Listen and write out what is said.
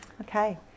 Okay